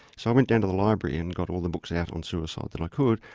so i went down to the library and got all the books out on suicide that i could,